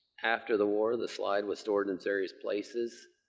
after the war, the slide was stored in various places.